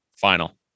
final